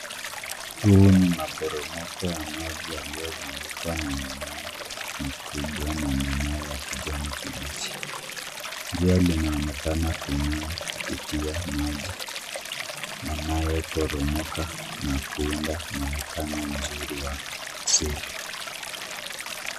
Huu ni maporomoko ya maji yaliyozungukwa na mimea mikubwa na mimea ya kijani kibichi. Jua linaonekana kung'aa kupitia maji yanayoporomoka na kuunda mwonekano mzuri wa asili.